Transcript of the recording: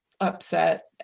upset